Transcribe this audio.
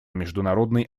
международной